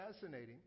fascinating